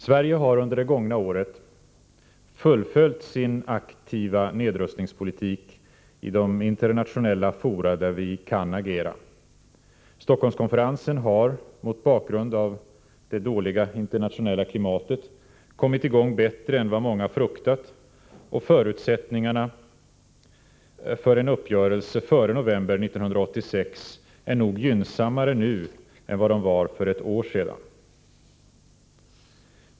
Sverige har under det gångna året fullföljt sin aktiva nedrustningspolitik i de internationella fora där vi kan agera. Stockholmskonferensen har — mot bakgrund av det dåliga internationella klimatet — kommit i gång bättre än vad många trott, och förutsättningarna för en uppgörelse före november 1986 är nog gynnsammare nu än vad de var för ett år sedan.